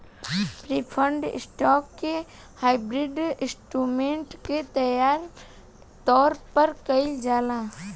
preferred stock के hybrid instrument के तौर पर कइल जाला